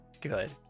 good